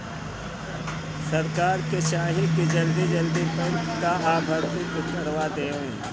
सरकार के चाही की जल्दी जल्दी बैंक कअ भर्ती के करवा देवे